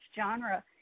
genre